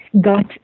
got